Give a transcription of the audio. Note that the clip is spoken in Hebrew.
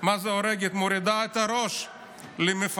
מה זה "הורגת" מורידה את הראש למפקד